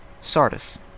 Sardis